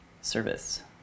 service